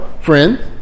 Friend